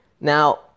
Now